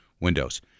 windows